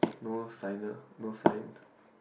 no signer no sign